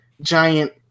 giant